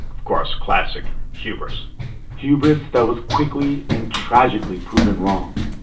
of course, classic hubris hubris that was quickly and tragically proven wrong